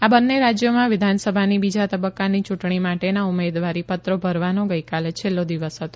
આ બંને રાજ્યોમાં વિધાનસભાની બીજા તબક્કાની યૂંટણી માટેના ઉમેદવારી પત્રો ભરવાનો ગઇકાલે છેલ્લો દિવસ હતો